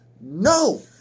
No